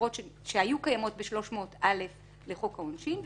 אחרות שהיו קיימות בסעיף 300א לחוק העונשין,